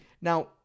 now